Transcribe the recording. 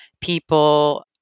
people